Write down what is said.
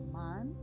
man